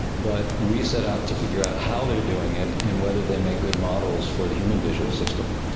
but we set out to figure out how they are doing it and whether they make good models for the human visual system.